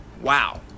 wow